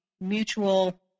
mutual